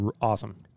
awesome